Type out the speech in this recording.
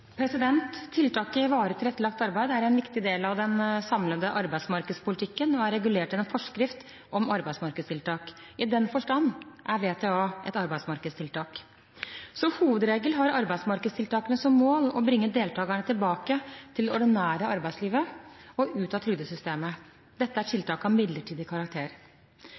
arbeidsmarkedstiltak?» Tiltaket «Varig tilrettelagt arbeid» er en viktig del av den samlede arbeidsmarkedspolitikken og er regulert gjennom forskrift om arbeidsmarkedstiltak. I den forstand er VTA et arbeidsmarkedstiltak. Som hovedregel har arbeidsmarkedstiltakene som mål å bringe deltakerne tilbake til det ordinære arbeidslivet og ut av trygdesystemet. Dette er tiltak av midlertidig karakter.